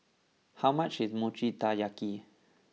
how much is Mochi Taiyaki